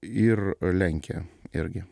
ir lenkiją irgi